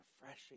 refreshing